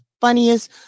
funniest